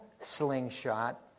slingshot